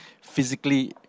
physically